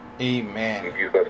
Amen